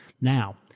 Now